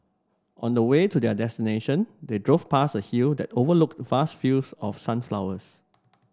on the way to their destination they drove past a hill that overlooked vast fields of sunflowers